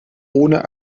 ohne